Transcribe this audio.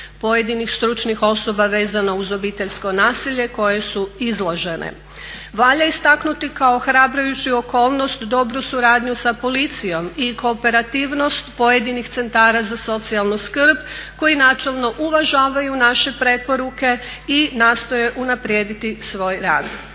pojedinih stručnih osoba vezano uz obiteljsko nasilje koje su izložene. Valja istaknuti kao ohrabrujuću okolnost dobru suradnju sa policijom i kooperativnost pojedinih centara za socijalnu skrb koji načelno uvažavaju naše preporuke i nastoje unaprijediti svoj rad.